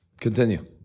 Continue